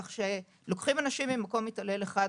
כך שלוקחים אנשים ממקום מתעלל אחד,